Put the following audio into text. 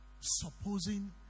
Supposing